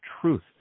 truth